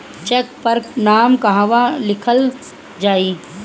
Check पर नाम कहवा लिखल जाइ?